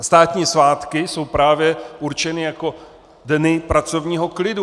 A státní svátky jsou právě určeny jako dny pracovního klidu.